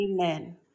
amen